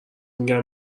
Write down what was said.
میگن